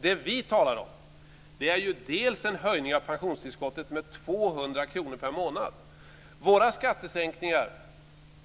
Det vi talar om är ju bl.a. en höjning av pensionstillskottet med 200 kr per månad. Våra skattesänkningar